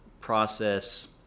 process